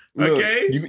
Okay